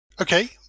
Okay